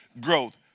growth